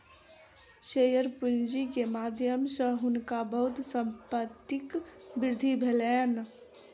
share पूंजी के माध्यम सॅ हुनका बहुत संपत्तिक वृद्धि भेलैन